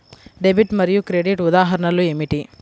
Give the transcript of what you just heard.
Debit మరియు credit ఉదాహరణలు ఏమిటీ?